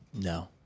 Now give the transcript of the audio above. No